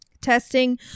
testing